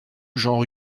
genre